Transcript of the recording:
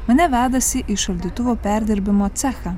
mane vedasi į šaldytuvų perdirbimo cechą